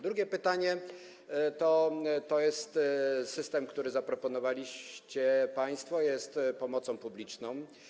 Drugie pytanie dotyczy tego, że system, który zaproponowaliście państwo, jest pomocą publiczną.